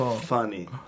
Funny